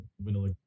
vanilla